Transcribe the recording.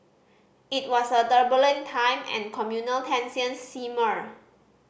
it was a turbulent time and communal tensions simmered